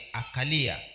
akalia